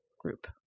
group